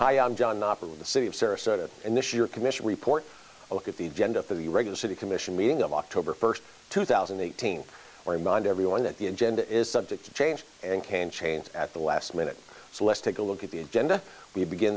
hi i'm john knopper with the city of sarasota and this year commission report i look at the agenda for the regular city commission meeting of october first two thousand and eighteen or remind everyone that the agenda is subject to change and can change at the last minute so let's take a look at the agenda we begin